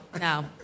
no